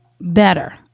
better